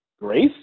Grace